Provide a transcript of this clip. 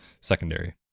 secondary